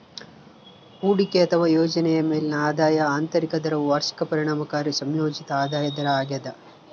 ಹೂಡಿಕೆ ಅಥವಾ ಯೋಜನೆಯ ಮೇಲಿನ ಆದಾಯದ ಆಂತರಿಕ ದರವು ವಾರ್ಷಿಕ ಪರಿಣಾಮಕಾರಿ ಸಂಯೋಜಿತ ಆದಾಯ ದರ ಆಗ್ಯದ